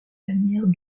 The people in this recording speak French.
bannières